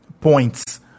points